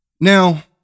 Now